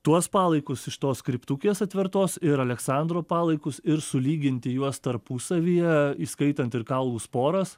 tuos palaikus iš tos kriptukės atvertos ir aleksandro palaikus ir sulyginti juos tarpusavyje įskaitant ir kaulų sporas